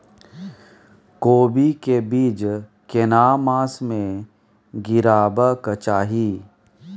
कोबी के बीज केना मास में गीरावक चाही?